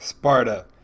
Sparta